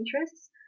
interests